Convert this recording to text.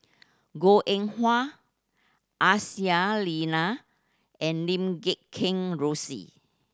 Goh Eng Wah Aisyah Lyana and Lim Kheng Rosie